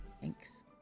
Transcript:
Thanks